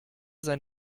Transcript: sein